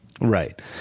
Right